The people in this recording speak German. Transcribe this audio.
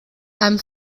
einem